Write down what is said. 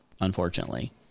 unfortunately